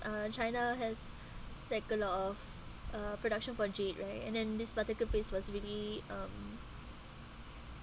uh china has like a lot of uh production for jade right and then this particular place was really um